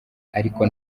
ariko